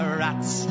rats